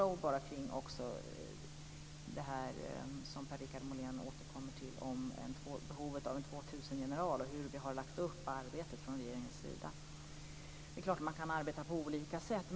Jag vill bara säga några ord omkring det här som Per-Richard Molén återkommer till om behovet av en 2000-general och om hur vi har lagt upp arbetet från regeringens sida. Det är klart att man kan arbeta på olika sätt.